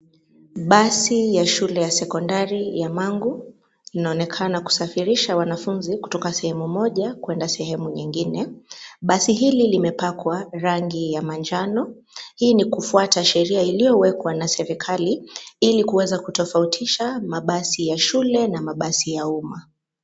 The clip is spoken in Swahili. Basi ya shule ya sekondari ya Mang'u linaonekana kusafirisha wanafunzi kutoka sehemu moja kwenda sehemu nyingine. Basi hili limepakwa rangi ya manjano. Hii ni kufuata sheria iliyowekwa na serekali ili kuweza kutofautisha mabasi ya shule na mabasi ya umma.